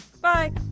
Bye